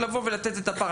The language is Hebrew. מלבוא ולתת את הפער?